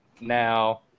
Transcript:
Now